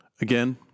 Again